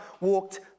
walked